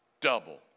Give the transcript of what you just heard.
Double